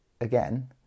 again